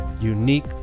unique